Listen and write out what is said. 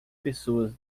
pessoas